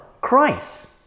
Christ